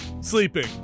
sleeping